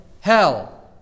hell